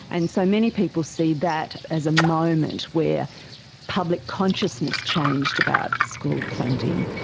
and so many people see that as a moment where public consciousness changed about school funding.